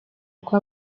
uko